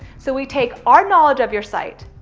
so we take our knowledge of your site.